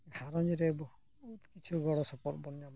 ᱜᱷᱟᱸᱨᱚᱡᱽ ᱨᱮ ᱵᱚᱦᱩᱛ ᱠᱤᱪᱷᱩ ᱜᱚᱲᱚ ᱥᱚᱯᱚᱦᱚᱫ ᱵᱚᱱ ᱧᱟᱢ ᱫᱟᱲᱮᱭᱟᱜᱼᱟ